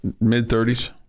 mid-30s